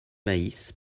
maïs